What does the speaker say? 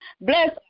Bless